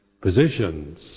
positions